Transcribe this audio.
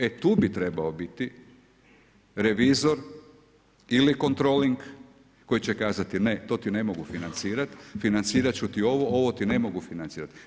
E tu bi trebao biti revizor ili kontroling koji će kazati ne, to ti ne mogu financirat, financirat ću ti ovo, ovo ti ne mogu financirat.